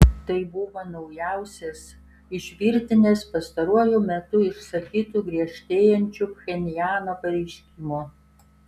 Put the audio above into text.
tai buvo naujausias iš virtinės pastaruoju metu išsakytų griežtėjančių pchenjano pareiškimų